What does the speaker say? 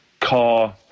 car